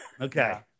okay